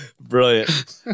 Brilliant